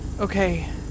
Okay